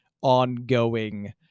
ongoing